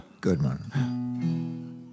Goodman